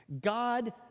God